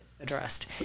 addressed